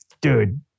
Dude